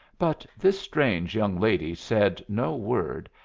but this strange young lady said no word,